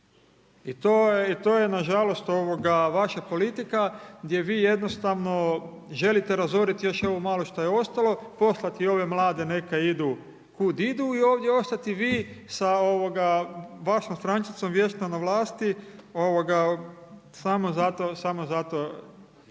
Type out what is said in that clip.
to je nažalost ovoga vaša politika gdje vi jednostavno želite razorit još ovo malo što je ostalo. Poslati ove mlade neka idu, kud idu i ovdje ostati vi sa ovoga vašom strančicom vječno na vlasti samo zato,